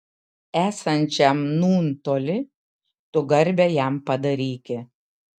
esančiam nūn toli tu garbę jam padaryki